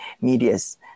media's